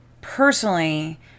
personally